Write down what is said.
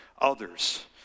others